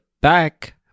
back